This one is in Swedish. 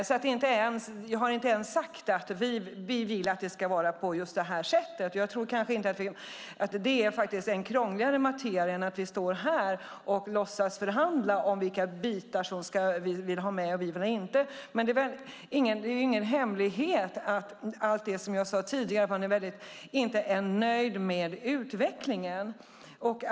Jag har inte sagt att vi vill att det ska vara på just det här sättet, och jag tror faktiskt att det är en krångligare materia än att vi kan stå här och låtsas förhandla om vilka bitar vi vill ha med och inte. Det är ingen hemlighet, som jag sade tidigare, att man inte är nöjd med utvecklingen.